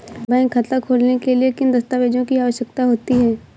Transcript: Bank खाता खोलने के लिए किन दस्तावेजों की आवश्यकता होती है?